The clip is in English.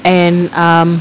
and um